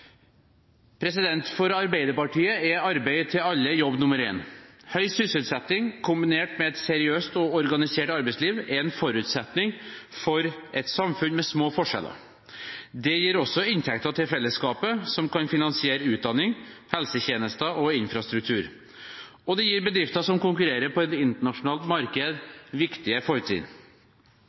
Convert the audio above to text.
For Arbeiderpartiet er arbeid til alle jobb nummer én. Høy sysselsetting kombinert med et seriøst og organisert arbeidsliv er en forutsetning for et samfunn med små forskjeller. Det gir også inntekter til fellesskapet som kan finansiere utdanning, helsetjenester og infrastruktur. Og det gir bedrifter som konkurrerer på et internasjonalt marked, viktige fortrinn.